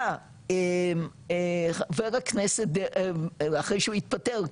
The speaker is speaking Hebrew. בא חבר הכנסת אחרי שהוא התפטר,